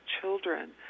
children